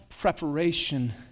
preparation